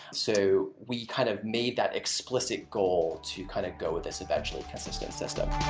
so we kind of made that explicit goal to kind of go this eventually consistent system.